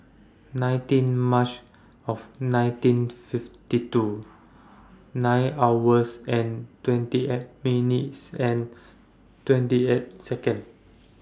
nineteen March of nineteen fifty two nine hours and twenty eight minutes and twenty eight Second